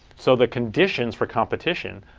so the conditions for competition,